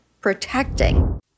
protecting